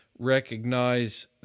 recognize